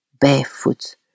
barefoot